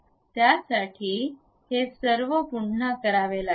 त्यासाठी हे सर्व पुन्हा करावे लागेल